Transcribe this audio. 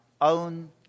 own